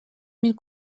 mil